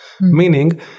Meaning